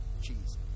jesus